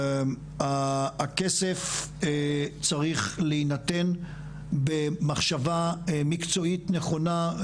הכסף צריך להינתן במחשבה מקצועית נכונה,